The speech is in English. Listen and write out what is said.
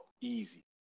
easy